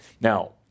Now